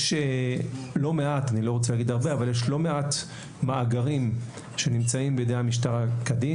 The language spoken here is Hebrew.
יש לא מעט אני לא רוצה להגיד הרבה מאגרים שנמצאים בידי המשטרה כדין.